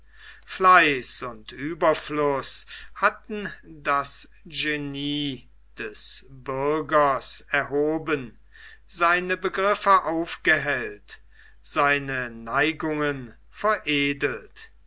fleiß und ueberfluß hatten das genie des bürgers erhoben seine begriffe aufgehellt seine neigungen veredelt